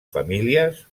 famílies